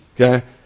okay